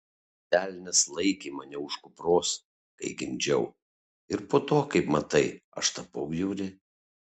velnias laikė mane už kupros kai gimdžiau ir po to kaip matai aš tapau bjauri